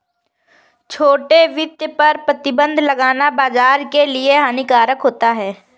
छोटे वित्त पर प्रतिबन्ध लगाना बाज़ार के लिए हानिकारक होता है